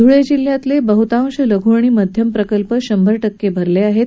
धुळे जिल्ह्यातले बहुतांश लघू आणि मध्यम प्रकल्प शंभर टक्के भरलेआहेत